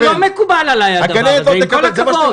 לא מקובל עלי הדבר הזה, עם כל הכבוד.